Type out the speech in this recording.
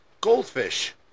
goldfish